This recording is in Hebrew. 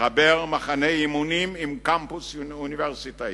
לחבר מחנה אימונים עם קמפוס אוניברסיטאי,